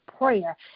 prayer